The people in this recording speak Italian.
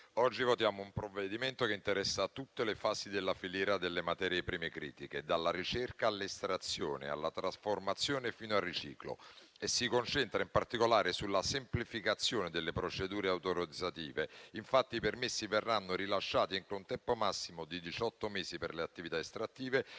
oggi un provvedimento che interessa tutte le fasi della filiera delle materie prime critiche (dalla ricerca, all'estrazione, alla trasformazione, fino al riciclo) e si concentra in particolare sulla semplificazione delle procedure autorizzative. Infatti, i permessi verranno rilasciati in un tempo massimo di diciotto mesi per le attività estrattive